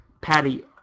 Patty